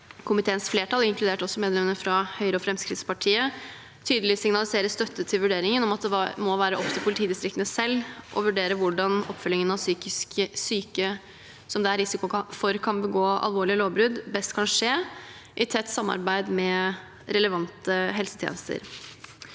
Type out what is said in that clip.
komiteens flertall, inkludert medlemmene fra Høyre og Fremskrittspartiet, tydelig signaliserer støtte til vurderingen om at det må være opp til politidistriktene selv å vurdere hvordan oppfølgingen av psykisk syke som det er risiko for at kan begå alvorlige lovbrudd, best kan skje i tett samarbeid med relevante helsetjenester.